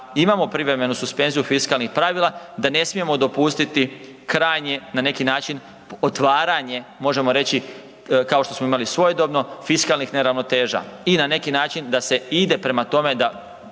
imamo privremenu suspenziju fiskalnih pravila da ne smijemo dopustiti krajnje na neki način otvaranje možemo reći kao što smo imali svojedobno fiskalnih neravnoteža i na neki način da se ide prema tome da